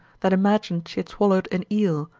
that imagined she had swallowed an eel,